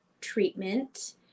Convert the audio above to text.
treatment